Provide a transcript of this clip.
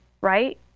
right